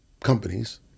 companies